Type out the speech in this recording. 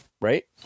right